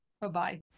Bye-bye